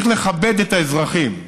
צריך לכבד את האזרחים.